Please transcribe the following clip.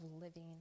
living